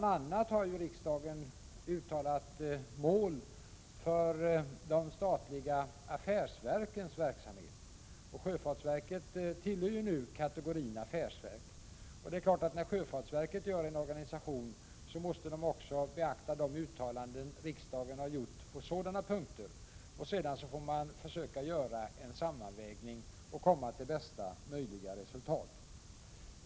a. har ju riksdagen uttalat mål för de statliga affärsverkens verksamhet. Sjöfartsverket tillhör nu kategorin affärsverk, och när sjöfartsverket gör en omorganisation måste det självfallet också beakta de uttalanden riksdagen har gjort på sådana punkter. Sedan får man försöka göra en sammanvägning och komma till bästa möjliga resultat.